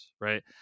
right